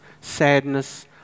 sadness